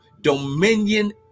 dominion